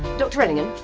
dr ellingham,